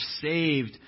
saved